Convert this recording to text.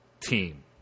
Team